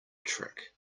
trick